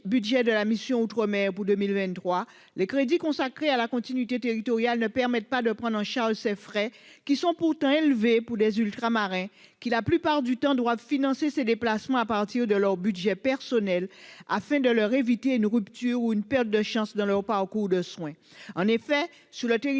de la mission « Outre-mer » pour 2023, les crédits consacrés à la continuité territoriale ne permettent pas de prendre en charge ces frais, pourtant élevés pour les Ultramarins : ils doivent les financer à partir de leur budget personnel afin d'éviter une rupture ou une perte de chance dans leur parcours de soin. En effet, sur le territoire